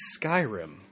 Skyrim